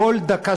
כל דקה,